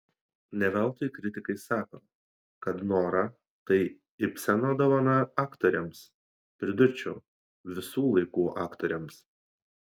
ne veltui kritikai sako kad nora tai ibseno dovana aktorėms pridurčiau visų laikų aktorėms